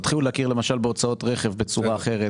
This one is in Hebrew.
תתחילו להכיר למשל בהוצאות רכב בצורה אחרת,